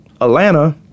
Atlanta